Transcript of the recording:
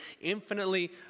infinitely